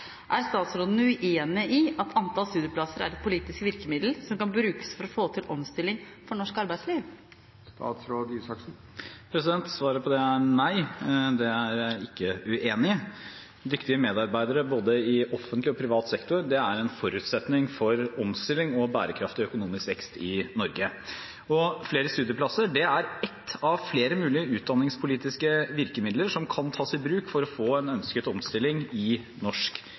Er statsråden uenig i at antall studieplasser er et politisk virkemiddel som kan brukes til å få til omstilling for norsk arbeidsliv?» Svaret på det er nei, det er jeg ikke uenig i. Dyktige medarbeidere i både offentlig og privat sektor er en forutsetning for omstilling og en bærekraftig økonomisk vekst i Norge. Flere studieplasser er ett av flere mulige utdanningspolitiske virkemidler som kan tas i bruk for å få ønsket omstilling i norsk